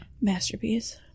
Masterpiece